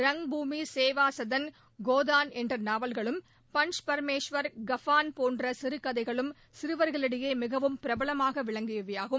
ரங்க்பூமி சேவாசதன் கோதான் என்ற நாவல்களும் பஞ்ச் பரமேஸ்வர் கஃப்பான் போன்ற சிறுகதைகளும் சிறுவர்களிடையே மிகவும் பிரபலமாக விளங்கியவையாகும்